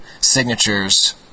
signatures